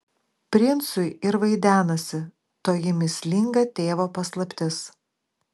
princui ir vaidenasi toji mįslinga tėvo paslaptis